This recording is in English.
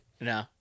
No